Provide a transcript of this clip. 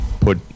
put